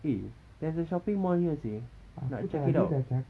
eh there's a shopping mall here seh nak check it out